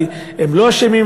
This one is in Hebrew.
כי הם לא אשמים,